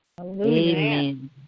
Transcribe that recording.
Amen